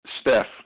Steph